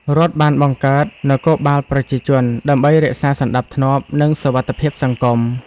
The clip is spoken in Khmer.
រដ្ឋបានបង្កើត "នគរបាលប្រជាជន" ដើម្បីរក្សាសណ្តាប់ធ្នាប់ និងសុវត្ថិភាពសង្គម។